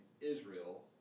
Israel